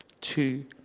Two